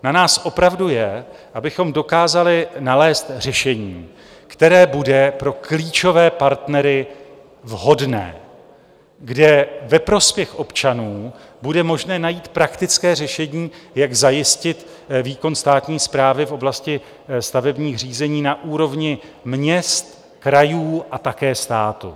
Na nás opravdu je, abychom dokázali nalézt řešení, které bude pro klíčové partnery vhodné, kde ve prospěch občanů bude možné najít praktické řešení, jak zajistit výkon státní správy v oblasti stavebních řízení na úrovni měst, krajů a také státu.